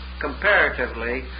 comparatively